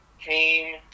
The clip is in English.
came